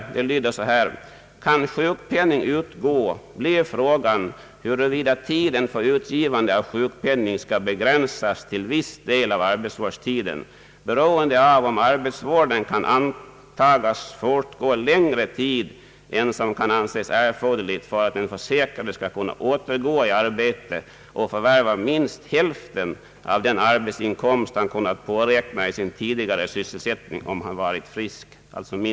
Verket säger så här: »Kan sjukpenning utgå, blir frågan, huruvida tiden för utgivande av sjukpenning skall begränsas till viss del av arbetsvårdstiden, beroende av om arbetsvården kan antagas fortgå längre tid än som kan anses erforderligt för att den försäkrade skall kunna återgå i arbete och förvärva minst hälften av den arbetsinkomst han kunnat påräkna i sin tidigare sysselsättning om han varit frisk.